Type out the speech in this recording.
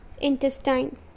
intestine